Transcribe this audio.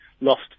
lost